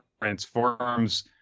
transforms